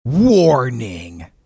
Warning